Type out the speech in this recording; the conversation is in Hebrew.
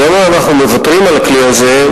היום אנחנו מוותרים על הכלי הזה,